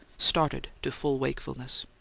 started to full wakefulness.